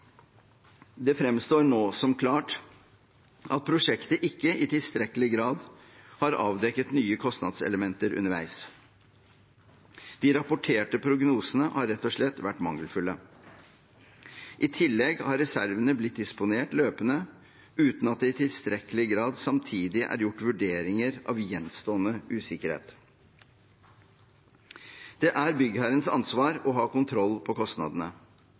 Det fremstår nå som klart at prosjektet ikke i tilstrekkelig grad har avdekket nye kostnadselementer underveis. De rapporterte prognosene har rett og slett vært mangelfulle. I tillegg har reservene blitt disponert løpende uten at det i tilstrekkelig grad samtidig er gjort vurderinger av gjenstående usikkerhet. Det er byggherrens ansvar å ha kontroll på kostnadene.